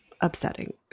upsetting